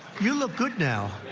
you look good now.